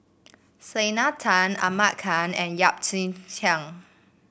Selena Tan Ahmad Khan and Yap Ee Chian